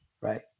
right